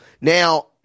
Now